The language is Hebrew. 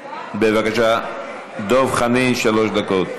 בבקשה, דב חנין, שלוש דקות.